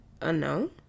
Unknown